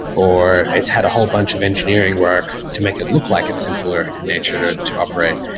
or it's had a whole bunch of engineering work to make it look like it's simpler in nature to to operate,